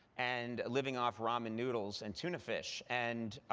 and living off ramen noodles and tuna fish. and